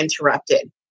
interrupted